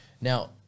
now